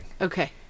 Okay